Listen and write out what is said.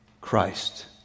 Christ